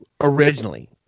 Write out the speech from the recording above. originally